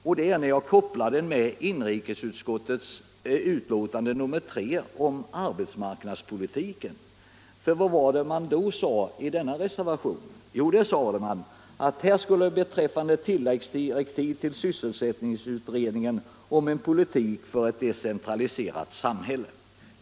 Jag jämför den då med ett uttalande i inrikesutskottets betänkande nr 3 om arbetsmarknadspolitiken. I en reservation till detta betänkande begärde man tilläggsdirektiv till sysselsättningsutredningen om en politik för ett centraliserat samhälle.